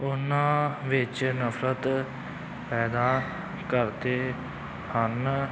ਉਹਨਾਂ ਵਿੱਚ ਨਫਰਤ ਪੈਦਾ ਕਰਦੇ ਹਨ